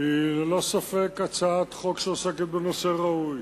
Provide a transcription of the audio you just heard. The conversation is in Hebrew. היא ללא ספק הצעת חוק שעוסקת בנושא ראוי.